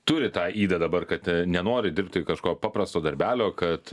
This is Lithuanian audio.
turi tą ydą dabar kad nenori dirbti kažko paprasto darbelio kad